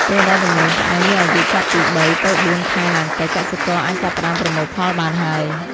ពេលដែលដំឡូងផ្អែមមានអាយុចាប់ពី ៣ ទៅ ៤ ខែឡើងទៅ កសិករអាចចាប់ផ្ដើមប្រមូលផលបានហើយ។